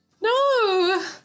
No